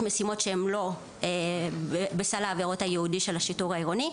משימות שהן לא בסל העבירות הייעודי של השיטור העירוני,